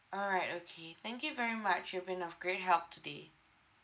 all right okay thank you very much you've been of great help today